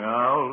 Now